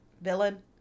villain